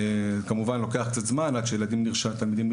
כמובן לוקח קצת זמן עד שהתלמידים נרשמים,